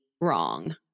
wrong